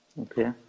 Okay